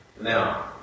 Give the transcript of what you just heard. Now